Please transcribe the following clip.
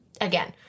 again